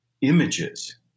images